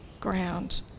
ground